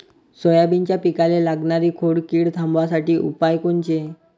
सोयाबीनच्या पिकाले लागनारी खोड किड थांबवासाठी उपाय कोनचे?